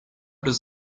does